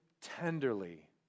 tenderly